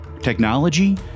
technology